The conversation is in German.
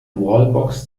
wallbox